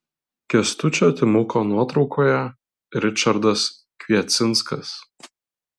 kęstučio timuko nuotraukoje ričardas kviecinskas